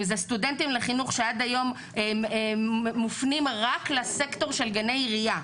אם זה סטודנטים לחינוך שעד היום מופנים רק לסקטור של גני עירייה.